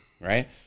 right